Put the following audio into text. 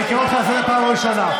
אני קורא אותך לסדר פעם ראשונה.